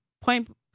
Point